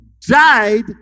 died